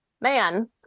man